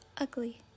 ugly